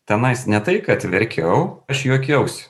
tenais ne tai kad verkiau aš juokiausi